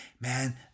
Man